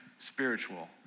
spiritual